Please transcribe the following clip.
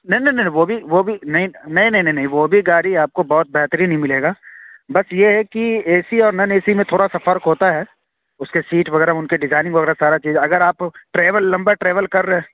نہیں نہیں نہیں وہ بھی وہ بھی نہیں نہیں نہیں نہیں نہیں وہ بھی گاڑی آپ کو بہت بہترین ہی ملے گا بٹ یہ ہے کہ اے سی اور نان اے سی میں تھوڑا سا فرق ہوتا ہے اُس کے سیٹ وغیرہ اُن کے ڈیزائننگ وغیرہ سارا چیز اگر آپ ٹریول لمبا ٹریول کر رہے